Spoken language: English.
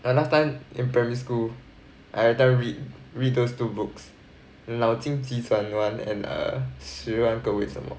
ya last time in primary school I rather read read those two books 脑筋急转弯 and err 十万个为什么